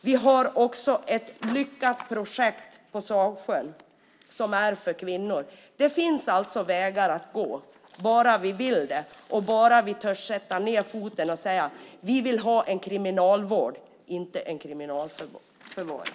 Vi har också ett lyckat projekt på anstalten Sagsjön, som är för kvinnor. Det finns alltså vägar att gå bara vi vill det och bara vi törs sätta ned foten och säga: Vi vill ha en kriminalvård, inte en kriminalförvaring.